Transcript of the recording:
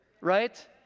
right